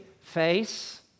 face